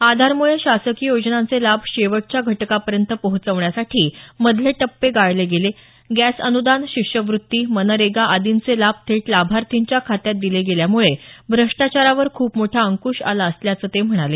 आधारमुळे शासकीय योजनांचे लाभ शेवटच्या घटकापर्यंत पोहोचवण्यासाठी मधले टप्पे गाळले गेले गॅस अनुदान शिष्यवृत्ती मनरेगा आदींचे लाभ थेट लाभार्थींच्या खात्यात दिले गेल्यामुळे भ्रष्टाचारावर खूप मोठा अंकुश आला असल्याचं ते म्हणाले